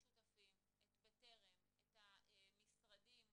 תודה רבה לכולם.